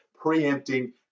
preempting